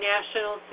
National